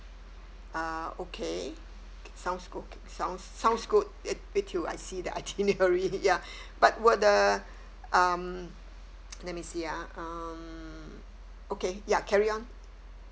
uh okay sounds good sounds sounds good wait till I see the itinerary ya but were the um let me see ah um okay ya carry on